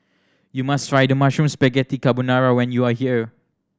you must try the Mushroom Spaghetti Carbonara when you are here